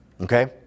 Okay